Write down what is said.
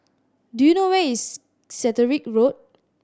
do you know where is Catterick Road